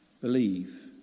believe